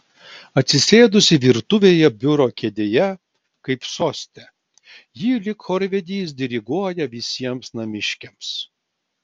atsisėdusi virtuvėje biuro kėdėje kaip soste ji lyg chorvedys diriguoja visiems namiškiams